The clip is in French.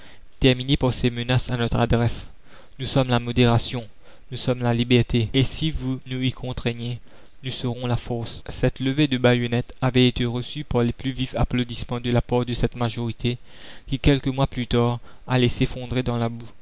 par ces menaces à notre adresse nous sommes la modération nous sommes la liberté et si vous nous y contraignez nous serons la force cette levée de baïonnettes avait été reçue par les plus vifs applaudissements de la part de cette majorité qui quelques mois plus tard allait s'effondrer dans la boue